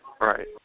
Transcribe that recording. Right